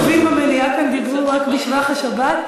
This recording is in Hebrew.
נדמה לי שכל היושבים במליאה דיברו כאן רק בשבח השבת.